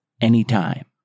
anytime